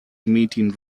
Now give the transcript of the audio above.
meeting